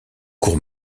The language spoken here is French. cour